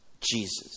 Jesus